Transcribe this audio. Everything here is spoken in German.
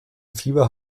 fieber